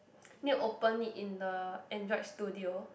need to open it in the Android studio